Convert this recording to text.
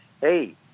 hey